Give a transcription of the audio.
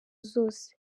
zose